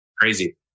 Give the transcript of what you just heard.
Crazy